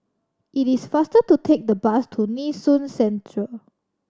it is faster to take the bus to Nee Soon Central